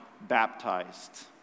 baptized